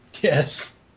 Yes